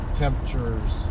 temperatures